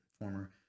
former